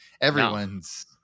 everyone's